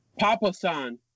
Papasan